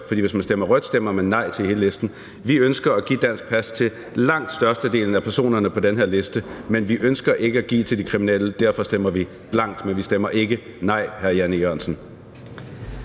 for hvis man stemmer rødt, stemmer man nej til hele listen. Vi ønsker at give dansk pas til langt størstedelen af personerne på den her liste, men vi ønsker ikke at give til de kriminelle. Derfor stemmer vi blankt, men vi stemmer ikke nej, hr. Jan E. Jørgensen.